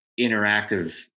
interactive